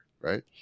right